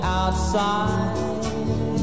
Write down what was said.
outside